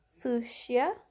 fuchsia